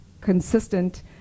consistent